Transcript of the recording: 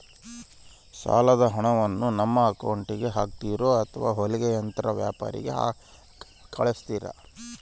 ಸಾಲದ ಹಣವನ್ನು ನಮ್ಮ ಅಕೌಂಟಿಗೆ ಹಾಕ್ತಿರೋ ಅಥವಾ ಹೊಲಿಗೆ ಯಂತ್ರದ ವ್ಯಾಪಾರಿಗೆ ಕಳಿಸ್ತಿರಾ?